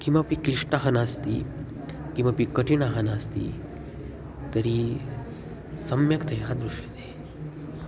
किमपि क्लिष्टं नास्ति किमपि कठिनं नास्ति तर्हि सम्यक्तया दृश्यते